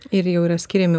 ir jau yra skiriami